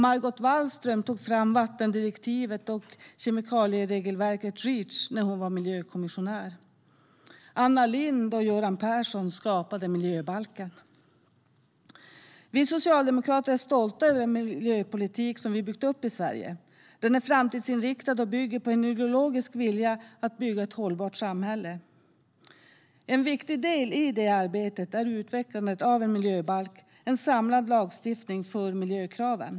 Margot Wallström tog fram vattendirektivet och kemikalieregelverket Reach när hon var miljökommissionär. Anna Lindh och Göran Persson skapade miljöbalken. Vi socialdemokrater är stolta över den miljöpolitik som vi byggt upp i Sverige. Den är framtidsinriktad och bygger på en ideologisk vilja att skapa ett hållbart samhälle. En viktig del i det arbetet är utvecklandet av en miljöbalk, det vill säga en samlad lagstiftning för miljökraven.